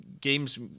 games